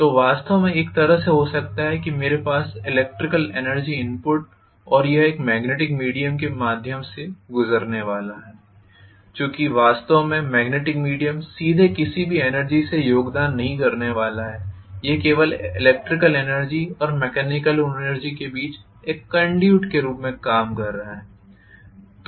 तो वास्तव में एक तरफ हो सकता है मेरे पास इलेक्ट्रिकल एनर्जी इनपुट और यह एक मेग्नेटिक मीडियम के से गुजरने वाला है चूँकि वास्तव में मेग्नेटिक मीडियम सीधे किसी भी एनर्जी में योगदान नहीं करने वाला है यह केवल इलेक्ट्रिकल एनर्जीऔर मेकेनिकल एनर्जी के बीच एक कंडयूट के रूप में काम कर रहा है